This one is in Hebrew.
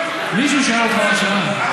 מישהו שאל אותך מה השעה?